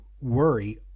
worry